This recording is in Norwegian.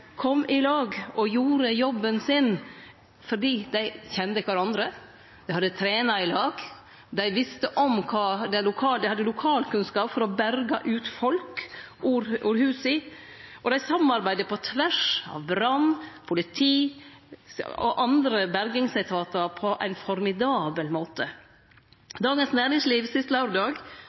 kom i lag og gjorde jobben sin fordi dei kjende kvarandre, hadde trena i lag, hadde lokalkunnskap til å berge ut folk av husa – og dei samarbeidde på tvers av brann-, politi- og andre bergingsetatar på ein formidabel måte. Dagens Næringsliv hadde sist laurdag